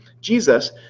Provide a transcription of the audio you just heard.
Jesus